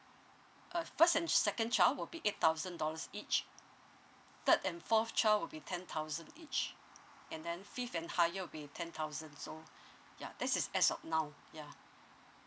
uh first and second child will be eight thousand dollars each third and fourth child would be ten thousand each and then fifth and higher will be ten thousand so ya that's is as of now ya